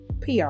pr